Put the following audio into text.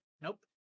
nope